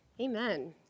Amen